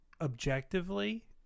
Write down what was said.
objectively